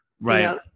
Right